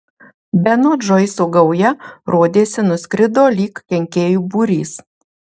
beno džoiso gauja rodėsi nuskrido lyg kenkėjų būrys